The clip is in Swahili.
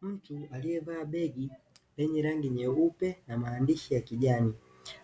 Mtu aliyevaa begi lenye rangi nyeupe na maandishi ya kijani,